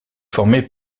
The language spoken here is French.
formé